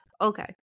Okay